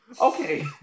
Okay